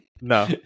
no